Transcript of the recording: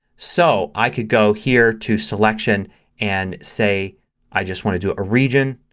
so i can go here to selection and say i just want to do a region.